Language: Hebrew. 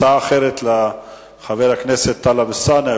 הצעה אחרת לחבר הכנסת טלב אלסאנע,